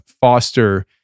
foster